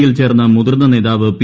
യിൽ ചേർന്ന മുതിർന്ന നേതാവ് പി